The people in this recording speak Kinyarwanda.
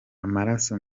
amaraso